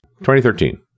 2013